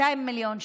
200 מיליון שקל.